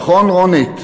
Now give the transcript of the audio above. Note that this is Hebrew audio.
נכון, רונית?